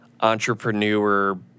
entrepreneur